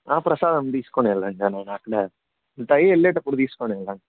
ప్రసాదం తీసుకొని వెళ్ళండి నేను అక్కడే టై వెళ్ళేటప్పుడు తీసుకోండి ఇంక